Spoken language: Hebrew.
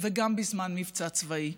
וגם בזמן מבצע צבאי.